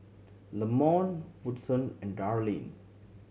Leamon Woodson and Darline